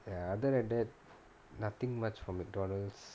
other then that nothing much from McDonald's